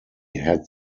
had